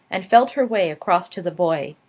and felt her way across to the boy.